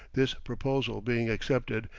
this proposal being accepted,